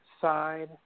side